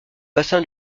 bassin